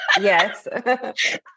Yes